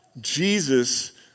Jesus